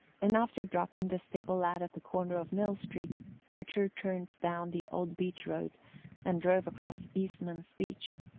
and after dropping the stable-lad at the corner of mill street archer turned down the old beach road and drove across eastman's beach.